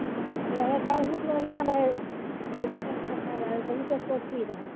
ओ रहै बहुत बढ़िआँ रहै लेकिन फेरसँ बाढ़ि आबि गेल ई तऽ कोशी रहै